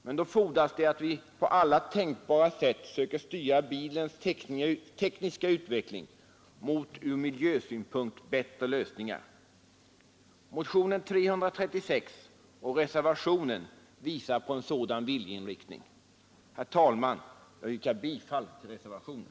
Men då fordras det att vi på alla tänkbara sätt söker styra bilens tekniska utveckling mot ur miljösynpunkt bättre lösningar. Herr talman! Jag yrkar bifall till reservationen.